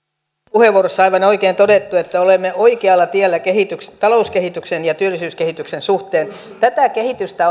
puheenvuorossa aivan oikein todettu että olemme oikealla tiellä talouskehityksen ja työllisyyskehityksen suhteen tätä kehitystä